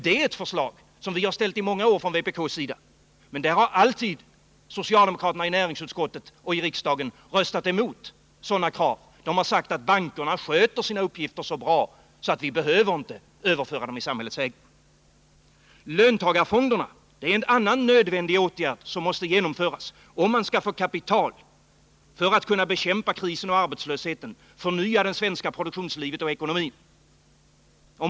Det har vi krävt i många år från vpk:s sida, men socialdemokraterna har i näringsutskottet och i kammaren alltid röstat emot detta. Bankerna sköter sina uppgifter så bra, har det hetat, och vi behöver inte överföra dem i samhällets ägo. Bildandet av löntagarfonder är en annan nödvändig åtgärd som måste genomföras om man skall få kapital för att kunna bekämpa krisen och arbetslösheten, förnya det svenska produktionslivet och ekonomin.